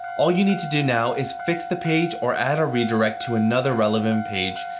all you need to do now is fix the page or add a redirect to another relevant page,